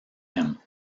him